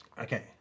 Okay